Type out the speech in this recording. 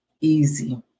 easy